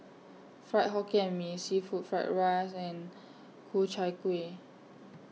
Fried Hokkien Mee Seafood Fried Rice and Ku Chai Kuih